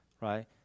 right